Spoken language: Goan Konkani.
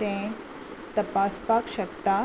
तें तपासपाक शकता